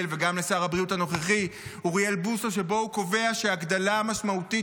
וגם לשר הבריאות הנוכחי אוריאל בוסו שבו הוא קובע שהגדלה משמעותית